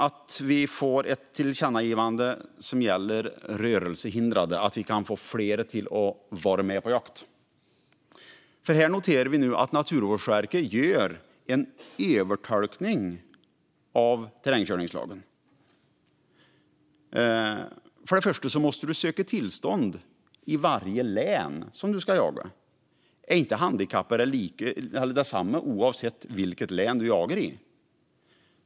Det är glädjande med tillkännagivandet som ger fler rörelsehindrade möjlighet att vara med på jakt. Naturvårdsverket gör dock en övertolkning av terrängkörningslagen. För det första måste man söka tillstånd i varje län där man ska jaga. Är man inte handikappad oavsett vilket län man jagar i?